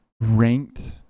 ranked